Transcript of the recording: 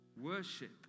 Worship